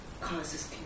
causes